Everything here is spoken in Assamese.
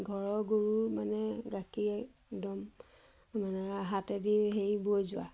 ঘৰৰ গৰু মানে গাখীৰ একদম মানে হাতেদি হেৰি বৈ যোৱা